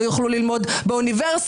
לא יוכלו ללמוד באוניברסיטה,